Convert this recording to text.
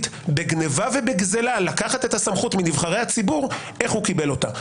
בגניבה ובגזלה לקחת את הסמכות מנבחרי הציבור איך הוא קיבל אותה.